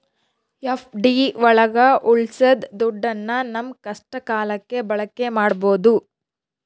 FD ಒಳಗ ಉಳ್ಸಿದ ದುಡ್ಡನ್ನ ನಮ್ ಕಷ್ಟ ಕಾಲಕ್ಕೆ ಬಳಕೆ ಮಾಡ್ಬೋದು